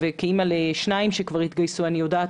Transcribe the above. וכאימא לשניים שכבר התגייסו אני יודעת